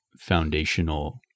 foundational